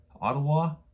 Ottawa